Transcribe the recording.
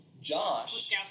Josh